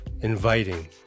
inviting